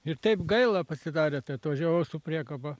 ir taip gaila pasidarė tai atvažiavau su priekaba